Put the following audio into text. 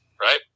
right